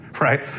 right